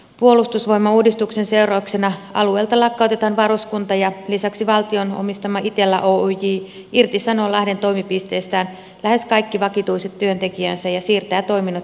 puolustusvoimauudistuksen seurauksena alueelta lakkautetaan varuskunta ja lisäksi valtion omistama itella oyj irtisanoo lahden toimipisteestään lähes kaikki vakituiset työntekijänsä ja siirtää toiminnot helsinkiin